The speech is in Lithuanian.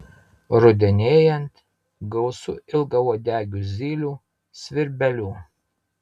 rudenėjant gausu ilgauodegių zylių svirbelių